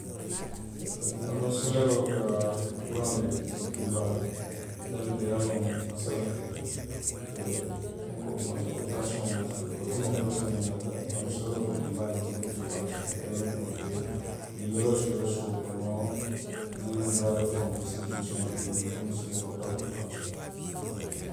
Panoo soleeroo ka kuraŋo le dii, dinbaa, daamiŋ to, i ye a loŋ. masalaŋ fee, fonkoo, tansiyoŋ, oti tansiyoŋ maŋ soto je, walla hani wo tansiyoŋo miŋ miŋ a ka, panoo soleeroo ye ka dinbaa le dii, wo dinbaa, a si i peeriimeetiri noo le, niimeeroo soto i la suo kono, niŋ dulaa doolu faŋo i se jee sumuyaandi noo le komiŋ i si i la poritabuloo baransee noo.